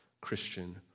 Christian